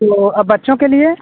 तो बच्चों के लिए